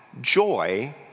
joy